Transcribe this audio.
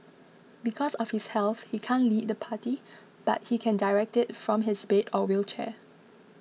because of his health he can't lead the party but he can direct it from his bed or wheelchair